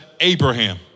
Abraham